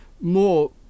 more